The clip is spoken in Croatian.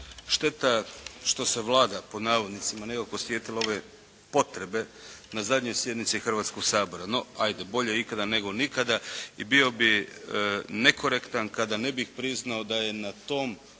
Šteta što se Vlada, pod navodnicima "nekako sjetila" ove potrebe na zadnjoj sjednici Hrvatskoga sabora. No, ajde, bolje ikada nego nikada. I bio bih nekorektan kada ne bih priznao da je na tom